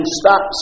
stop